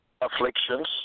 afflictions